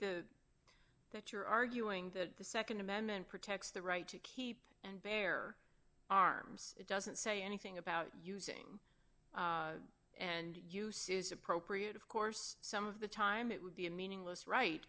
but you're arguing that the nd amendment protects the right to keep and bear arms it doesn't say anything about using and use is appropriate of course some of the time it would be a meaningless right